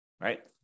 right